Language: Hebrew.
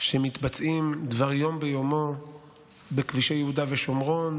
שמתבצעים דבר יום ביומו בכבישי יהודה ושומרון